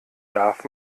darf